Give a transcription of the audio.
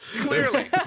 Clearly